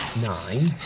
nine,